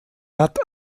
hat